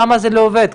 למה זה לא עובד?